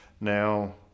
now